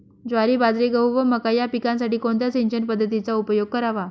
ज्वारी, बाजरी, गहू व मका या पिकांसाठी कोणत्या सिंचन पद्धतीचा उपयोग करावा?